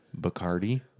Bacardi